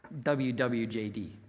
WWJD